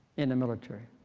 in the military.